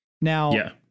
Now